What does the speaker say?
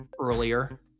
earlier